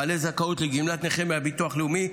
בעלי זכאות לגמלת נכה מהביטוח הלאומי,